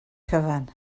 cyfan